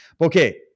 Okay